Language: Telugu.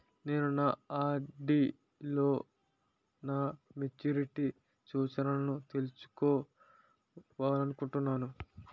నేను నా ఆర్.డి లో నా మెచ్యూరిటీ సూచనలను తెలుసుకోవాలనుకుంటున్నాను